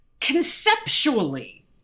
Conceptually